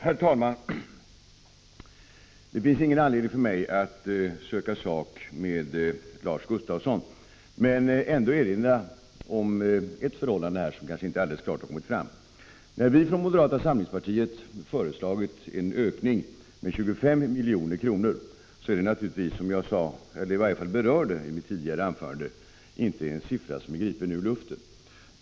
Herr talman! Det finns ingen anledning för mig att söka sak med Lars Gustafsson, men jag vill ändå erinra om ett förhållande som kanske inte har kommit fram alldeles klart. När vi från moderata samlingspartiet har föreslagit en ökning med 25 milj.kr. är det naturligtvis inte, som jag sade eller i varje fall berörde i mitt tidigare anförande, en siffra som är gripen ur luften.